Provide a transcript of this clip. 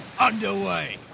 underway